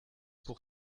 pour